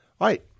right